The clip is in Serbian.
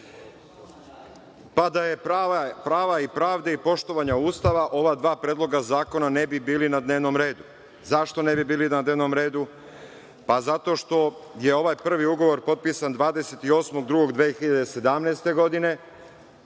Da je prava i pravde i poštovanja Ustava ova dva predloga zakona ne bi bili na dnevnom redu. Zašto ne bi bili na dnevnom redu? Zato što je ovaj prvi ugovor potpisan 28. februara 2017. godine,